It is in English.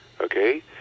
Okay